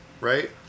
right